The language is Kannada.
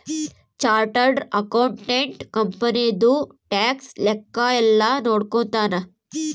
ಚಾರ್ಟರ್ಡ್ ಅಕೌಂಟೆಂಟ್ ಕಂಪನಿದು ಟ್ಯಾಕ್ಸ್ ಲೆಕ್ಕ ಯೆಲ್ಲ ನೋಡ್ಕೊತಾನ